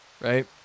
right